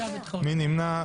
מי נמנע?